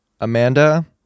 Amanda